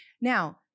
Now